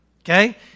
okay